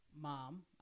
mom